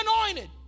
anointed